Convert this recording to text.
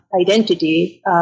identity